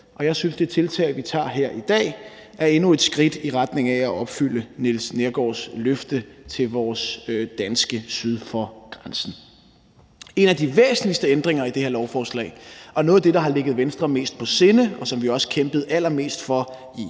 Og jeg synes, at det tiltag, vi tager her i dag, er endnu et skridt i retning af at opfylde Niels Neergaards løfte til vores danske syd for grænsen. En af de væsentligste ændringer i det her lovforslag og noget af det, der har ligget Venstre mest på sinde, og som vi også kæmpede allermest for i